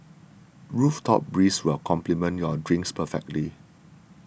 rooftop breeze will complement your drinks perfectly